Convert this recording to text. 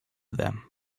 them